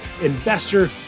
investor